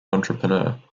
entrepreneur